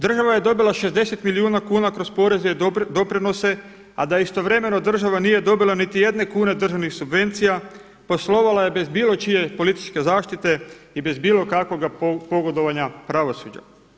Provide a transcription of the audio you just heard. Država je dobila 60 milijuna kuna kroz poreze i doprinose, a da istovremeno država nije dobila niti jedne kune državnih subvencija, poslovala je bez bilo čije političke zaštite i bez bilo kakvoga pogodovanja pravosuđa.